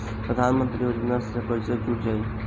प्रधानमंत्री योजना से कैसे जुड़ल जाइ?